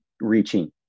reaching